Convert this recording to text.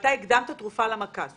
האם הקדמת תרופה למכה בכך